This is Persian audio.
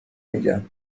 میگن